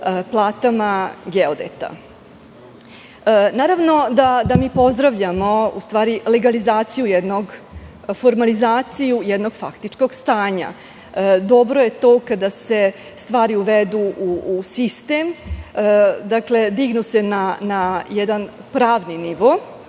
platama geodeta. Naravno da pozdravljamo legalizaciju, formalizaciju jednog faktičkog stanja. Dobro je to kada se stvari uvedu u sistem, dignu se na jedan pravni nivo,